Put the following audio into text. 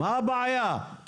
מה הבעיה?